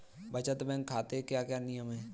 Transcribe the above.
बचत बैंक खाते के क्या क्या नियम हैं?